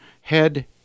head